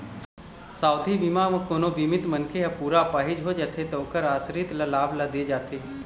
सावधि बीमा म कोनो बीमित मनखे ह पूरा अपाहिज हो जाथे त ओखर आसरित ल लाभ ल दे जाथे